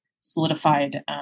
solidified